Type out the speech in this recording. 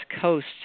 Coast